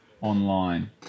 Online